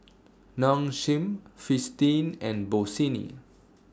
Nong Shim Fristine and Bossini